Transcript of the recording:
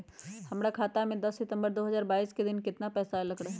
हमरा खाता में दस सितंबर दो हजार बाईस के दिन केतना पैसा अयलक रहे?